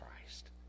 Christ